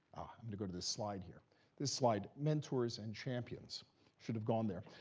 i mean to go to this slide here this slide mentors and champions should have gone there.